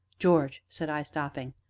george, said i, stopping,